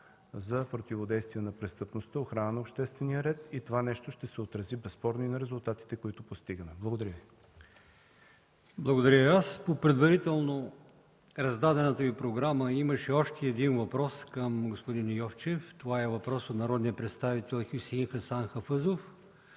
за противодействие на престъпността, охрана на обществения ред и това ще се отрази безспорно и на резултатите, които постигаме. Благодаря Ви. ПРЕДСЕДАТЕЛ АЛИОСМАН ИМАМОВ: Благодаря и аз. По предварително раздадената Ви програма имаше още един въпрос към господин Йовчев. Това е въпрос от народния представител Хюсеин Хасан Хафъзов.